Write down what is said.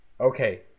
Okay